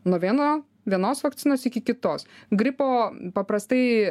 nuo vieno vienos vakcinos iki kitos gripo paprastai